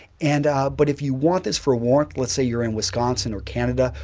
and but if you want this for warmth, let's say you're in wisconsin or canada,